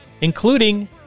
including